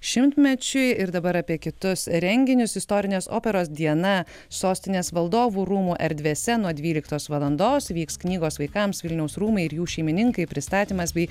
šimtmečiui ir dabar apie kitus renginius istorinės operos diena sostinės valdovų rūmų erdvėse nuo dvyliktos valandos vyks knygos vaikams vilniaus rūmai ir jų šeimininkai pristatymas bei